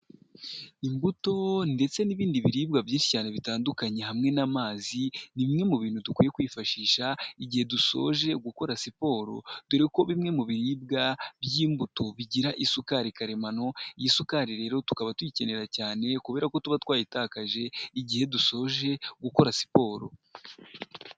Imbuto ndetse n'ibindi biribwa byinshi cyane bitandukanye hamwe n'amazi, ni bimwe mu bintu dukwiye kwifashisha igihe dusoje gukora siporo, dore ko bimwe mu biribwa by'imbuto bigira isukari karemano iyi sukari rero tukaba tuyikenera cyane kubera ko tuba twayitakaje igihe dusoje gukora siporo.